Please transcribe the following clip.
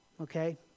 Okay